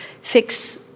fix